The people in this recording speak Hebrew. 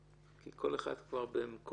כי כל אחד כבר במקומו,